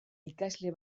ikasle